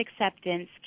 acceptance